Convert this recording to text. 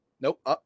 Nope